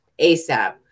ASAP